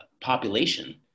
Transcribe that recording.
population